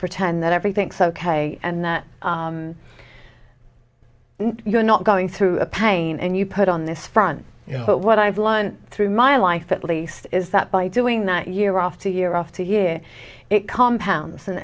pretend that everything's ok and that you're not going through a pain and you put on this front but what i've lunt through my life at least is that by doing that year after year after year it compounds and